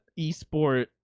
esport